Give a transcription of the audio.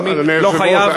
אתה לא חייב.